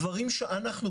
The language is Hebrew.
דברים שאנחנו,